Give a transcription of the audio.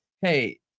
hey